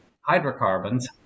hydrocarbons